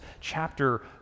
chapter